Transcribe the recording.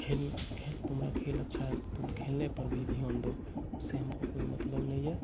खेल तुम्हारा खेल अच्छा है तो तुम खेलने पर भी ध्यान दो उससे हमको कोई मतलब नहीं है